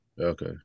Okay